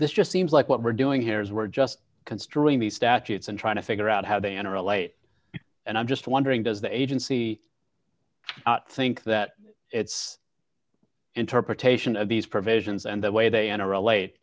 this just seems like what we're doing here is we're just considering the statutes and trying to figure out how they enter a light and i'm just wondering does the agency think that its interpretation of these provisions and the way they enter